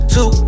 Two